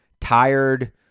tired